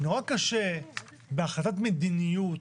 נורא קשה בהחלטת מדיניות